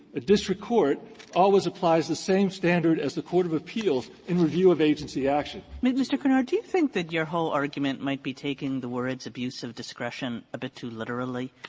a district court always applies the same standard as the court of appeals in review of agency action. kagan mr. kinnaird, do you think that your whole argument might be taking the words abuse of discretion a bit too literally?